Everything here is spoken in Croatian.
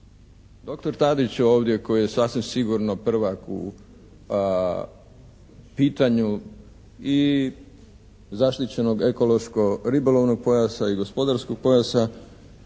Dr. Tadić je ovdje koji je sasvim sigurno prvak u pitanju i zaštićenog ekološko-ribolovnog pojasa i gospodarskog pojasa